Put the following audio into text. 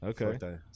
okay